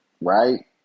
right